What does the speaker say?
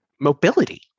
mobility